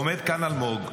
עומד כאן אלמוג,